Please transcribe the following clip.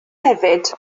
hefyd